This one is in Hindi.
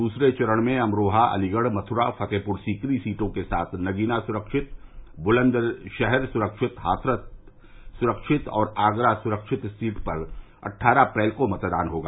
दूसरे चरण में अमरोहा अलीगढ़ मथुरा फतेहपुर सीकरी सीटों के साथ नगीना सुरक्षित बुलन्दशहर सुरक्षित हाथरस सुरक्षित और आगरा सुरक्षित सीट पर अठगरह अप्रैल को मतदान होगा